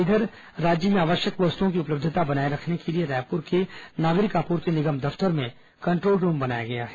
इधर राज्य में आवश्यक वस्तुओं की उपलब्धता बनाए रखने के लिए रायपुर के नागरिक आपूर्ति निगम द फ्तर में कंट् ोल रूम बनाया गया है